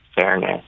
fairness